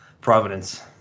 Providence